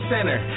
Center